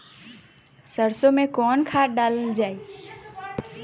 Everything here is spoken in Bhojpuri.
सरसो मैं कवन खाद डालल जाई?